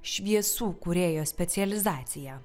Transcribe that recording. šviesų kūrėjo specializaciją